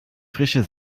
frische